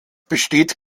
besteht